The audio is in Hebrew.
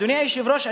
אדוני היושב-ראש,